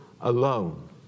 alone